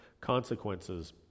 consequences